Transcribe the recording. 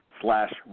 slash